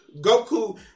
Goku